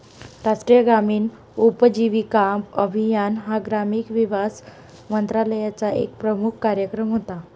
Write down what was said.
राष्ट्रीय ग्रामीण उपजीविका अभियान हा ग्रामीण विकास मंत्रालयाचा एक प्रमुख कार्यक्रम होता